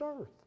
earth